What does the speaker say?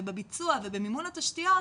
ובביצוע ובמימון התשתיות,